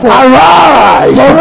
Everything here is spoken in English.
arise